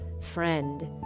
friend